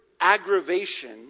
aggravation